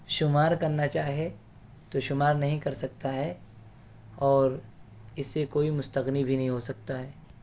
شمار کرنا چاہے تو شمار نہیں کر سکتا ہے اور اس سے کوئی مستغنی بھی نہیں ہو سکتا ہے